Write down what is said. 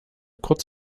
kurz